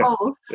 old